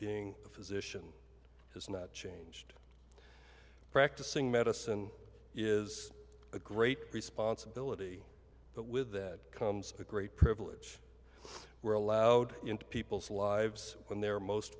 being a physician has not changed practicing medicine is a great responsibility but with that comes a great privilege were allowed into people's lives when they were most